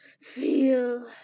feel